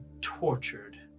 tortured